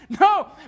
No